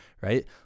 right